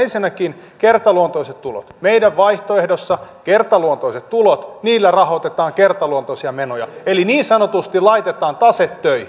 ensinnäkin meidän vaihtoehdossamme kertaluontoisilla tuloilla rahoitetaan kertaluontoisia menoja eli niin sanotusti laitetaan tase töihin